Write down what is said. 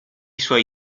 suoi